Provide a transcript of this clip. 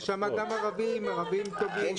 יש גם ערבים, ערבים טובים.